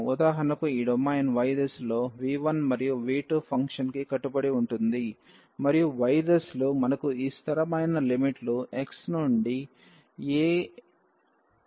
ఉదాహరణకు ఈ domain y దిశలో v1 మరియు v2 ఫంక్షన్కి కట్టుబడి ఉంటుంది మరియు y దిశలో మనకు ఈ స్థిరమైన లిమిట్లు x నుండి a నుండి x విలువ b కి సమానం